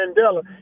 Mandela